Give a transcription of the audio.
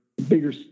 Bigger